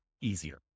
easier